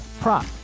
prop